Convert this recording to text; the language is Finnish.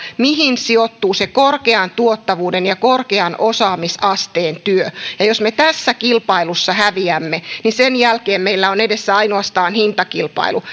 mihin sijoittuu korkean tuottavuuden ja korkean osaamisasteen työ ja jos me tässä kilpailussa häviämme niin sen jälkeen meillä on edessä ainoastaan hintakilpailu